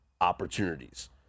opportunities